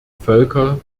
völker